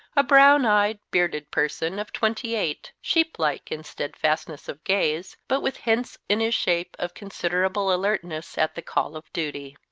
a brown-eyed, bearded person of twenty eight, sheep-like in steadfastness of gaze, but with hints in his shape of considerable alertness at the call of duty.